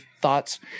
thoughts